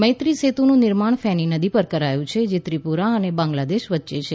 મૈત્રી સેતુનું નિર્માણ ફેની નદી પર કરાયું છે જે ત્રિપુરા અને બાંગ્લાદેશ વચ્ચે છે